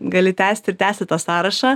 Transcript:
gali tęst ir tęsti tą sąrašą